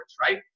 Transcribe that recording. Right